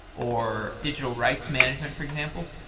or digital rights management for example,